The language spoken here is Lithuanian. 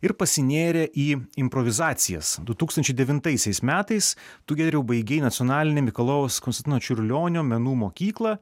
ir pasinėrė į improvizacijas du tūkstančiai devintaisiais metais tu giedriau baigei nacionalinę mikalojaus konstantino čiurlionio menų mokyklą